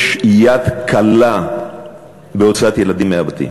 יש יד קלה מאוד בהוצאת ילדים מהבתים.